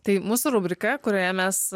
tai mūsų rubriką kurioje mes